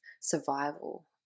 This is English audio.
survival